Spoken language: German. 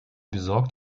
besorgt